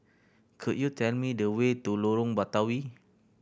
could you tell me the way to Lorong Batawi